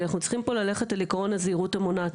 כי אנחנו צריכים ללכת פה על עיקרון הזהירות המונעת,